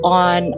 on